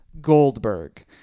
Goldberg